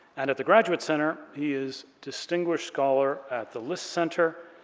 and at the graduate center he is distinguished scholar at the liss center,